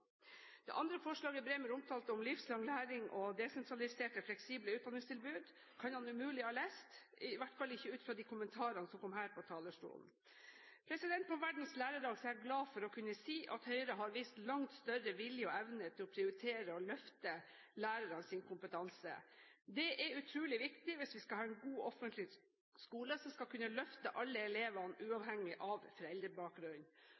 Det andre forslaget Bremer omtalte, om livslang læring og desentraliserte, fleksible utdanningstilbud, kan han umulig ha lest, i hvert fall ikke ut fra de kommentarene som kom fra talerstolen. På verdens lærerdag er jeg glad for å kunne si at Høyre har vist langt større vilje og evne til å prioritere å løfte lærernes kompetanse. Det er utrolig viktig hvis vi skal ha en god offentlig skole som skal kunne løfte alle elevene,